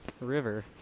river